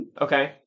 Okay